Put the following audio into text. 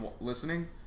listening